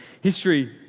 history